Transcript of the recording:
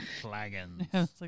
flagons